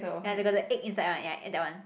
ya they got the egg inside one ya at that one